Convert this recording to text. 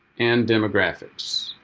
and demographics,